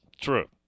True